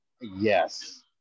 Yes